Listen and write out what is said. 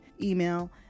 email